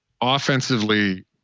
offensively